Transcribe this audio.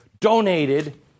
donated